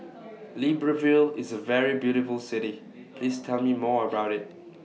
Libreville IS A very beautiful City Please Tell Me More about IT